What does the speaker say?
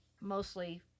mostly